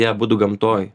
jie abudu gamtoj